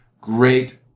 great